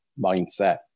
mindset